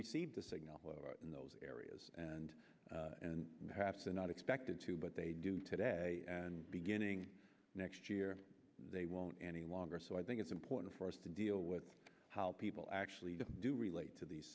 receive the signal in those areas and perhaps they're not expected to but they do today and beginning next year they won't any longer so i think it's important for us to deal with how people actually do relate to the